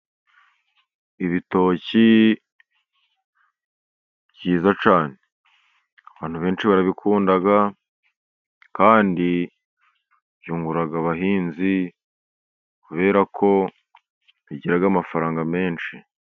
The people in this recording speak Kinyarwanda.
Ibitoki byiza cyane, abantu benshi barabikunda, kandi byungura abahinzi, kubera ko bigira amafaranga menshi.